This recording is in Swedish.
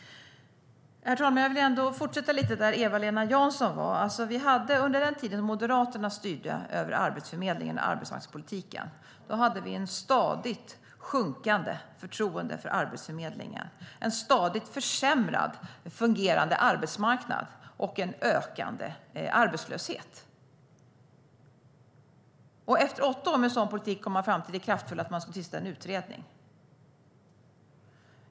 Jag vill fortsätta lite med det som Eva-Lena Jansson tog upp. Under den tid då Moderaterna styrde över Arbetsförmedlingen och arbetsmarknadspolitiken hade vi ett stadigt sjunkande förtroende för Arbetsförmedlingen. Det var en stadig försämring av hur arbetsmarknaden fungerade, och det var en ökande arbetslöshet. Efter åtta år med en sådan politik kom man fram till det kraftfulla att man skulle tillsätta en utredning.